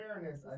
fairness